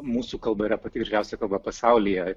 mūsų kalba yra pati gražiausia kalba pasaulyje